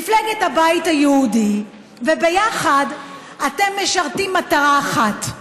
מפלגת הבית היהודי, וביחד אתם משרתים מטרה אחת.